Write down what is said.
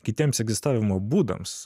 kitiems egzistavimo būdams